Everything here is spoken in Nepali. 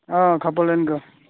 अँ खप्पोलाइनको